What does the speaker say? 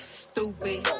stupid